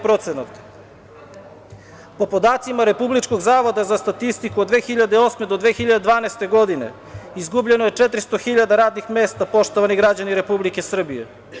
Po podacima Republičkog zavoda za statistiku od 2008. do 2012. godine izgubljeno je 400 hiljada radnih mesta, poštovani građani Republike Srbije.